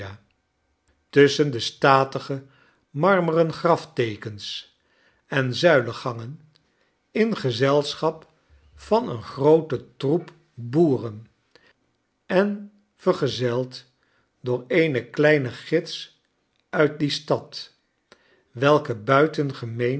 tusschen de statige marmeren grafteekens en zuilengangen in gezelschap van een grooten troep boeren en verzeld door een kleinen gids uit die stad welke